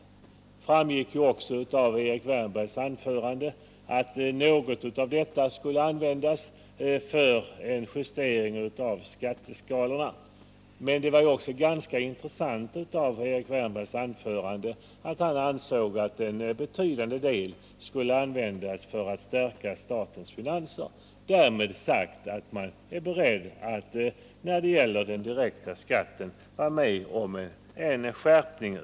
Det framgick ju också av Erik Wärnbergs anförande att en del av detta belopp skulle användas för en justering av skatteskalorna. Vidare var det ganska intressant att notera att Erik Wärnberg ansåg att en betydande del skulle användas till att stärka statens finanser. Man är alltså beredd att sluta upp bakom en skärpning av den direkta skatten.